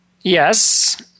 Yes